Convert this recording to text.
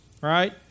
right